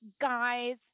guys